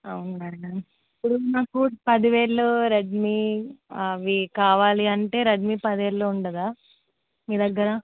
అవునా ఇప్పుడు నాకు పదివేలు రెడ్మి అవి కావాలి అంటే రెడ్మి పది వేల్లో ఉండదా మీ దగ్గరా